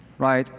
right?